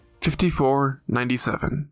5497